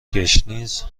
گشنیز